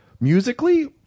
musically